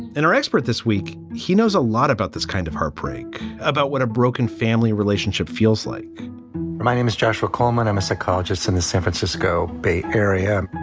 in our expert this week, he knows a lot about this kind of heartbreak about what a broken family relationship feels like my name is joshua coleman. i'm a psychologist in the san francisco bay area